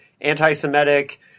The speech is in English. anti-Semitic